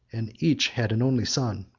and each had an only son.